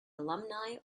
alumni